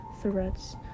threats